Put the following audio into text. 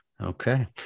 Okay